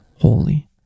holy